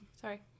Sorry